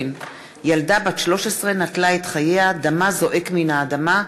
ילדה בת 13 נטלה את חייה, דמה זועק מן האדמה,